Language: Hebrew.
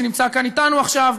שנמצא כאן אתנו עכשיו,